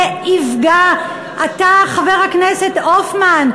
זה יפגע, אתה, חבר הכנסת הופמן,